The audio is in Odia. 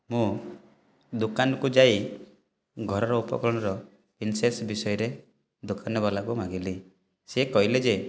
ମୁଁ ଦୋକାନ୍କୁ ଯାଇ ଘରର ଉପକରଣର ଇନ୍ସେସ୍ ବିଷୟରେ ଦୋକାନବାଲାକୁ ମାଗିଲି ସେ କହିଲେ ଯେ